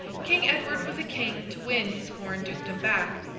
king edward was a king to win his foreign dukedom back